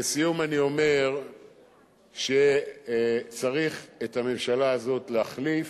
לסיום אני אומר שצריך את הממשלה הזאת להחליף.